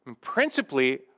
Principally